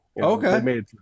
okay